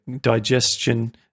digestion